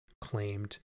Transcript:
claimed